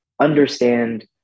understand